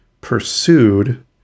pursued